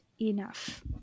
enough